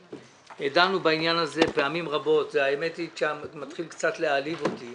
דנו בעניין הזה פעמים רבות והאמת היא שזה מתחיל קצת להעליב אותי